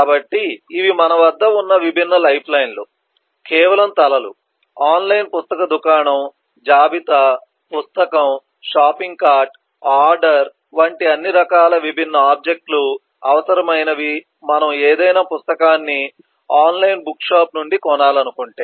కాబట్టి ఇవి మన వద్ద ఉన్న విభిన్న లైఫ్లైన్లు కేవలం తలలు ఆన్లైన్ పుస్తక దుకాణం జాబితా పుస్తకం షాపింగ్ కార్ట్ ఆర్డర్ వంటి అన్ని రకాల విభిన్న ఆబ్జెక్ట్ లు అవసరమైనవి మనము ఏదయినా పుస్తకాన్ని ఆన్లైన్ బుక్షాప్ నుండి కొనాలనుకుంటే